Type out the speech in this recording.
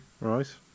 Right